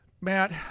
Matt